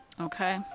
okay